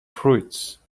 fruits